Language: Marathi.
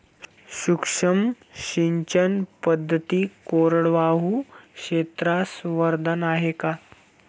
सूक्ष्म सिंचन पद्धती कोरडवाहू क्षेत्रास वरदान आहे का?